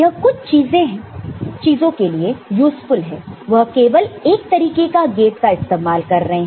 यह कुछ चीजों के लिए यूज़फुल है वह केवल एक तरीके का गेट का इस्तेमाल कर रहे हैं